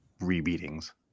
re-beatings